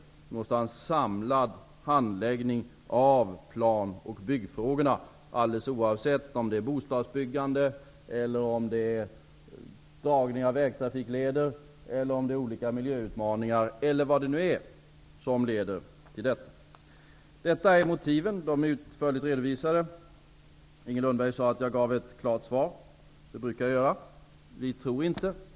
Vi måste ha en samlad handläggning av plan och byggfrågorna, alldeles oavsett om det gäller bostadsbyggande, dragning av vägtrafikleder, olika miljöutmaningar eller annat. Detta är motiven. De är utförligt redovisade. Inger Lundberg sade att jag gav ett klart svar. Det brukar jag göra.